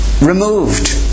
removed